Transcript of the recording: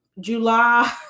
July